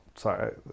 sorry